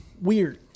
weird